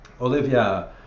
Olivia